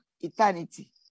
eternity